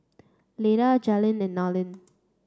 Leda Jalen and Narlen